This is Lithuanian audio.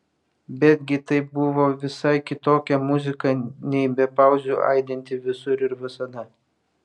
betgi tai buvo visai kitokia muzika nei be pauzių aidinti visur ir visada